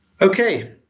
Okay